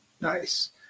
Nice